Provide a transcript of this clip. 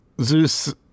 Zeus